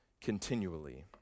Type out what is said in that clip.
continually